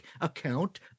account